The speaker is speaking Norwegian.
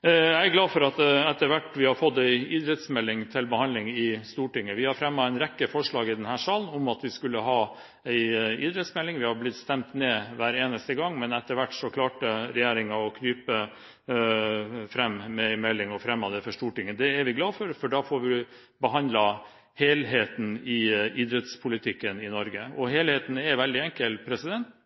Jeg er glad for at vi etter hvert har fått en idrettsmelding til behandling i Stortinget. Vi har fremmet en rekke forslag i denne sal om å få framlagt en idrettsmelding og har blitt stemt ned hver eneste gang, men etter hvert klarte regjeringen å krype fram med en melding og fremmet den for Stortinget. Det er vi glad for, for da får vi behandlet helheten i idrettspolitikken i Norge. Helheten er veldig enkel: